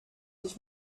ich